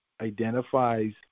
identifies